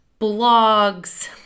Blogs